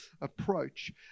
approach